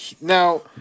Now